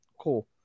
cool